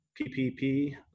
PPP